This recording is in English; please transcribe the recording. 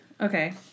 Okay